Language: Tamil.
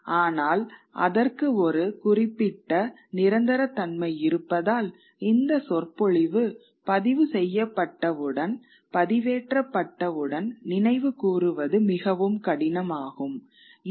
ஆனால் அதற்கு ஒரு குறிப்பிட்ட நிரந்தரத்தன்மை இருப்பதால் இந்த சொற்பொழிவு பதிவுசெய்யப்பட்டவுடன் பதிவேற்றப்பட்டவுடன் நினைவுகூருவது மிகவும் கடினம் ஆகும்